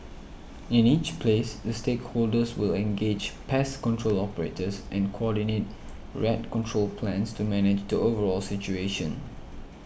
in each place the stakeholders will engage pest control operators and coordinate rat control plans to manage the overall situation